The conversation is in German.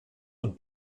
und